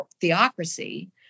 theocracy